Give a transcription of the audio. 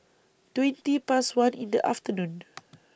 twenty Past one in The afternoon